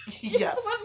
Yes